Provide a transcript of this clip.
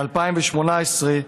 2018,